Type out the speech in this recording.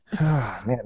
man